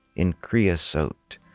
in creosote,